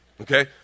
Okay